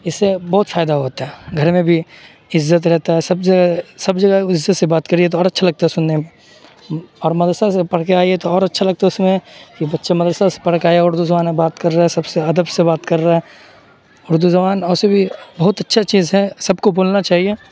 اس سے بہت فائدہ ہوتا ہے گھر میں بھی عزت رہتا ہے سب سب جگہ عزت سے بات کریے تو اور اچھا لگتا ہے سننے میں اور مدرسہ سے پڑھ کے آئیے تو اور اچھا لگتا ہے اس میں کہ بچہ مدرسہ سے پڑھ کے آیا اردو زبان میں بات کر رہا ہے سب سے ادب سے بات کر رہا اردو زبان ایسے بھی بہت اچھا چیز ہے سب کو بولنا چاہیے